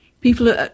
people